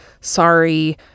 Sorry